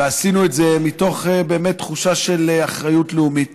ועשינו את זה מתוך תחושה של אחריות לאומית